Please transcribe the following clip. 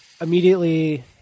immediately